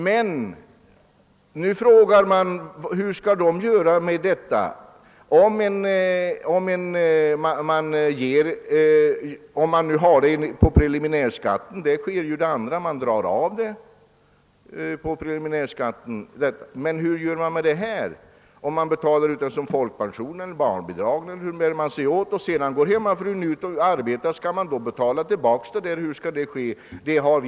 Men hur skall man förfara med bidraget? I fråga om avdraget så ska det ske genom uppbörd av preliminärskatten, men hur skall man göra i det här fallet? Skall beloppet betalas ut som folkpension, barnbidrag eller hur? Kan man, om frun sedan vill arbeta utanför hemmet, betala tillbaka, och hur skall det i så fall gå till?